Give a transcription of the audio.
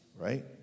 right